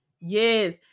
Yes